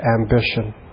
ambition